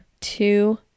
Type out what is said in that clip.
two